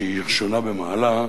שהיא ראשונה במעלה,